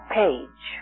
page